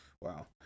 Wow